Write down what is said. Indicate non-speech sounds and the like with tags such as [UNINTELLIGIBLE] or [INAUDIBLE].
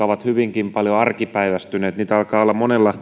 [UNINTELLIGIBLE] ovat hyvinkin paljon arkipäiväistyneet niitä alkaa olla